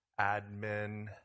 admin